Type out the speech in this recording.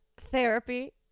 therapy